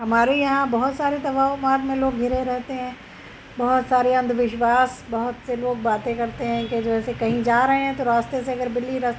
ہمارے یہاں بہت سارے توہمات میں لوگ گھرے رہتے ہیں بہت سارے اندھ وشواس بہت سے لوگ باتیں کرتے ہیں کہ جیسے کہیں جا رہے ہیں تو راستے سے اگر بلی رستہ